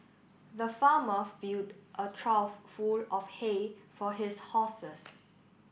the farmer filled a trough full of hay for his horses